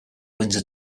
windsor